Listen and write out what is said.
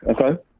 Okay